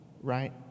right